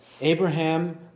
Abraham